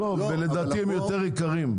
ולדעתי הם יותר יקרים.